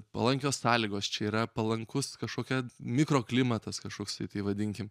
palankios sąlygos čia yra palankus kažkokia mikroklimatas kažkoksai tai vadinkim